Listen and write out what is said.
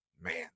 man